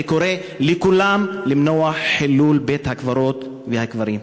וקורא לכולם למנוע חילול בית-הקברות והקברים.